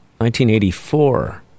1984